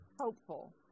hopeful